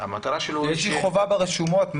המטרה שלו היא --- איזושהי חובה ברשומות.